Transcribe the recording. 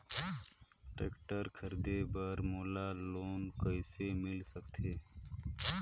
Tractor खरीदे बर मोला लोन कइसे मिल सकथे?